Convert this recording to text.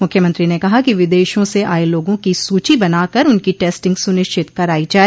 मूख्यमंत्री ने कहा कि विदेशों से आए लोगों की सूची बनाकर उनकी टेस्टिंग सुनिश्चित कराई जाए